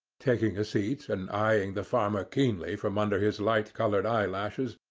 taking a seat, and eyeing the farmer keenly from under his light-coloured eyelashes,